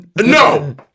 No